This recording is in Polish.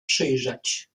przyjrzeć